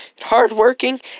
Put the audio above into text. hardworking